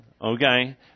Okay